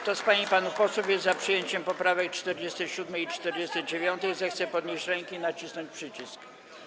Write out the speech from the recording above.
Kto z pań i panów posłów jest za przyjęciem poprawek 47. i 49., zechce podnieść rękę i nacisnąć przycisk.